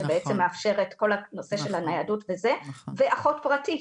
שבעצם מאפשר את כל הנושא של הניידות, ואחות פרטית.